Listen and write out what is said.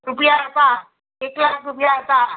રૂપિયા હતા એક લાખ રૂપિયા હતા